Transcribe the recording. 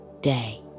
day